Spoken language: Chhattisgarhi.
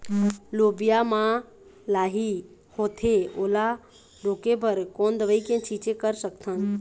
लोबिया मा लाही होथे ओला रोके बर कोन दवई के छीचें कर सकथन?